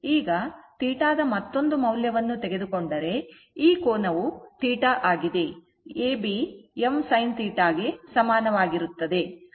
ಈಗ θ ದ ಮತ್ತೊಂದು ಮೌಲ್ಯವನ್ನು ತೆಗೆದುಕೊಂಡರೆ ಈ ಕೋನವು θ ಆಗಿದೆ AB m sin θ ಗೆ ಸಮಾನವಾಗಿರುತ್ತದೆ